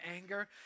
anger